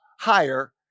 higher